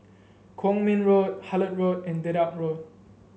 Kwong Min Road Hullet Road and Dedap Road